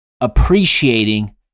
appreciating